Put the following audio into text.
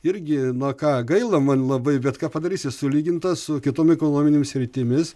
irgi na ką gaila man labai bet ką padarysi sulyginta su kitom ekonominėm sritimis